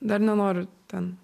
dar nenoriu ten